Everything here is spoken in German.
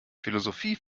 philosophie